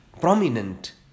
prominent